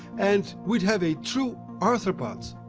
and we'd have a true arthropod!